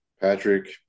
patrick